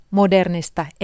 modernista